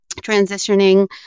transitioning